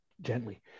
gently